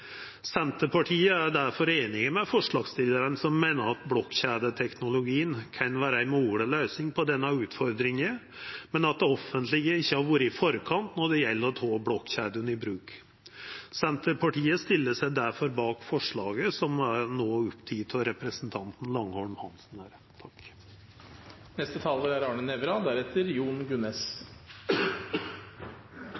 Senterpartiet er difor einig med forslagsstillarane, som meiner at blokkjedeteknologien kan vera ei mogleg løysing på denne utfordringa, men at det offentlege ikkje har vore i forkant når det gjeld å ta blokkjedene i bruk. Senterpartiet er difor med på det forslaget som no er teke opp av representanten Langholm Hansen. Først takk til forslagsstillerne fra representanten Gunnes’ parti. Det er